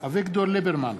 אביגדור ליברמן,